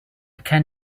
can